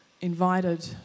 invited